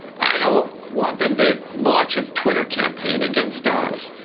i don't want them to launch a twitter campaign against us,